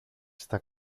στα